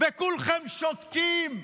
וכולכם שותקים,